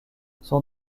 son